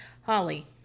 Holly